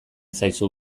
zaizu